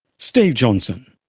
steve johnson.